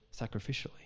sacrificially